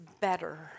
better